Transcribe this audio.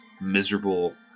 miserable